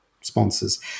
sponsors